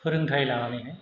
फोरोंथाइ लानानैहाय